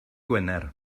gwener